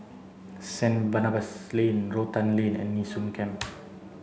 Saint Barnabas Lane Rotan Lane and Nee Soon Camp